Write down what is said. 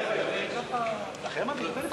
איפה היו הולכים?